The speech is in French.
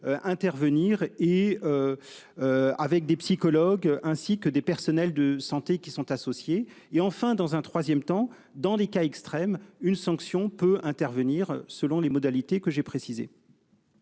intervenir et. Avec des psychologues, ainsi que des personnels de santé qui sont associés et enfin dans un 3ème temps dans des cas extrêmes, une sanction peut intervenir selon les modalités que j'ai précisé.